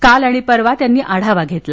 काल आणि परवा त्यांनी आढावा घेतला